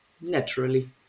naturally